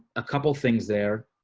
a couple things there.